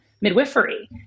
midwifery